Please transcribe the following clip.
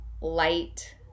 light